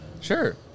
Sure